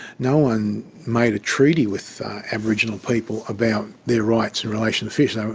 no one made a treaty with aboriginal people about their rights in relation to fish. so